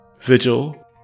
vigil